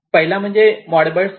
पहिला म्हणजे Modbus TCP